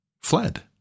fled